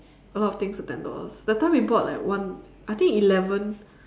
a lot of things for ten dollars that time we bought like one I think eleven